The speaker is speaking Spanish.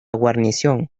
guarnición